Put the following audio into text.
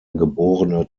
geborene